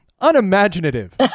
unimaginative